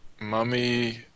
Mummy